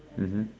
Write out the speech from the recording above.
mmhmm